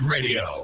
Radio